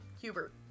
Hubert